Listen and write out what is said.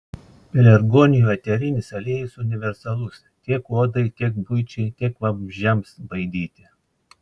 pelargonijų eterinis aliejus universalus tiek odai tiek buičiai tiek vabzdžiams baidyti